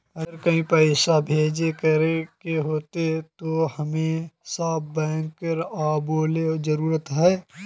अगर कहीं पैसा भेजे करे के होते है तो हमेशा बैंक आबेले जरूरी है?